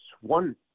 one